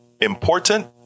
important